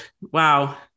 wow